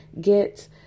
get